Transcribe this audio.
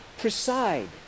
preside